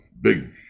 big